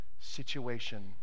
situation